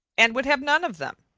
and would have none of them.